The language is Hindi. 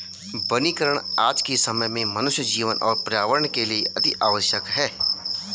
वनीकरण आज के समय में मनुष्य जीवन और पर्यावरण के लिए अतिआवश्यक है